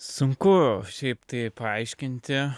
sunku šiaip tai paaiškinti